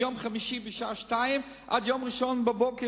מיום חמישי בשעה 14:00 עד יום ראשון בבוקר